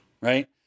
right